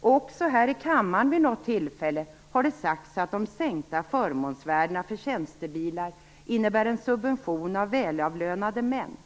och också här i kammaren vid något tillfälle, har det sagts att de sänkta förmånsvärdena innebär en subvention av välavlönade män.